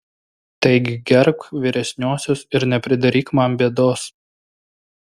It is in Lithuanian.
taigi gerbk vyresniuosius ir nepridaryk man bėdos